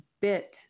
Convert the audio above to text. bit